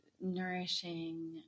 nourishing